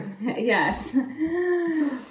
Yes